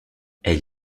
elle